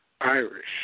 Irish